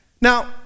Now